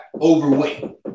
overweight